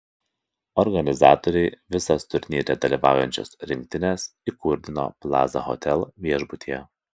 organizatoriai visas turnyre dalyvaujančias rinktines įkurdino plaza hotel viešbutyje